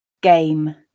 Game